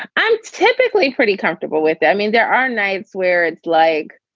i'm typically pretty comfortable with. i mean, there are nights where it's like,